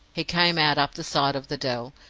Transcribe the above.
he came out up the side of the dell,